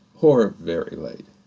or very late,